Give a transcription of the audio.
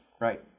right